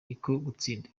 gutsinda